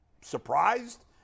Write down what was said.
surprised